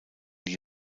die